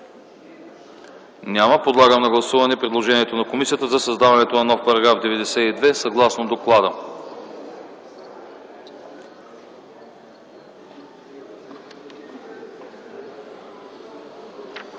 Няма. Подлагам на гласуване предложението на комисията за създаване на нов § 92, съгласно доклада.